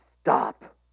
stop